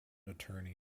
attorney